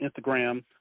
Instagram